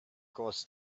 caused